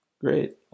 Great